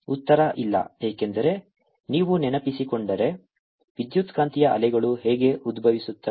ಉತ್ತರ ಇಲ್ಲ ಏಕೆಂದರೆ ನೀವು ನೆನಪಿಸಿಕೊಂಡರೆ ವಿದ್ಯುತ್ಕಾಂತೀಯ ಅಲೆಗಳು ಹೇಗೆ ಉದ್ಭವಿಸುತ್ತವೆ